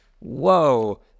whoa